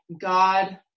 God